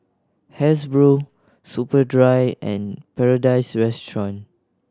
Hasbro Superdry and Paradise Restaurant